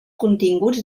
continguts